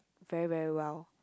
very very well